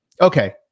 Okay